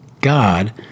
God